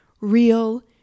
Real